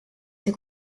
see